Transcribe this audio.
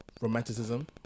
romanticism